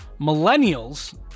Millennials